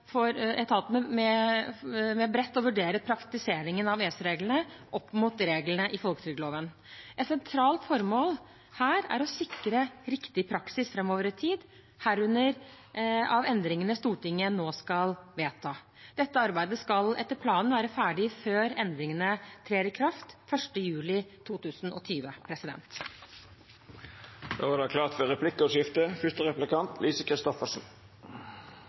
med bredt å vurdere praktiseringen av EØS-reglene opp mot reglene i folketrygdloven. Et sentralt formål her er å sikre riktig praksis framover i tid, herunder av endringene Stortinget nå skal vedta. Dette arbeidet skal etter planen være ferdig før endringene trer i kraft 1. juli 2020.